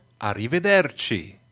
Arrivederci